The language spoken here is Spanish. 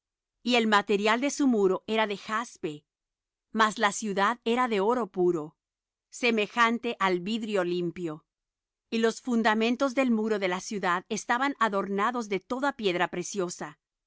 y el material de su muro era de jaspe mas la ciudad era de oro puro semejante al vidrio limpio y los fundamentos del muro de la ciudad estaban adornados de toda piedra preciosa